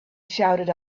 shouted